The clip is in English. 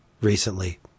recently